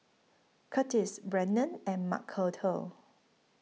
Curtiss Brennen and Macarthur